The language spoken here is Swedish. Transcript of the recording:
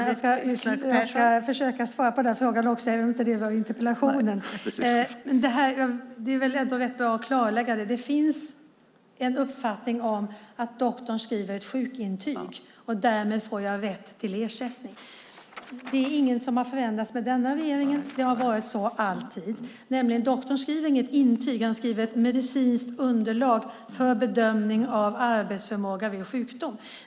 Fru talman! Jag ska försöka svara på frågan, även om den inte är en del av interpellationen. Det är ändå rätt att klarlägga situationen. Det finns en uppfattning att doktorn skriver ett sjukintyg och därmed får jag rätt till ersättning. Det är inget som har förändrats med denna regering utan det har alltid varit så att doktorn inte skriver ett intyg utan han skriver ett medicinskt underlag för bedömning av arbetsförmåga vid sjukdom.